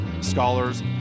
scholars